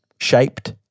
shaped